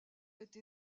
été